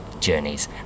journeys